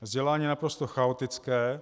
Vzdělání je naprosto chaotické.